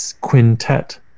quintet